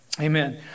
amen